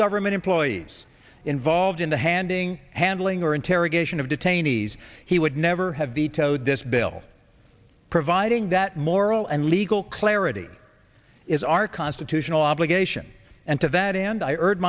government employees involved in the handing handling or interrogation of detainees he would never have details this bill providing that moral and legal clarity is our constitutional obligation and to that and i